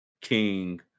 King